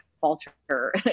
falter